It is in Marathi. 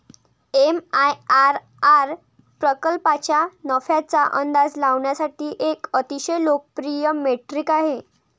एम.आय.आर.आर प्रकल्पाच्या नफ्याचा अंदाज लावण्यासाठी एक अतिशय लोकप्रिय मेट्रिक आहे